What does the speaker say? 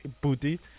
booty